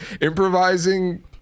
improvising